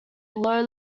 row